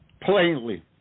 plainly